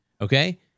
okay